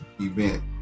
event